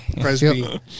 Presby